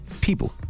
people